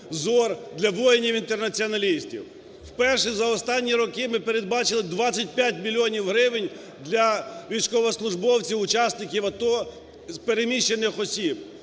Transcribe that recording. зір, для воїнів-інтернаціоналістів. Вперше за останні роки ми передбачили 25 мільйонів гривень для військовослужбовців, учасників АТО, переміщених осіб.